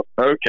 Okay